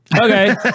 Okay